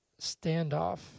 standoff